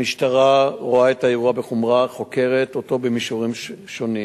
המשטרה רואה את האירוע בחומרה וחוקרת אותו במישורים שונים,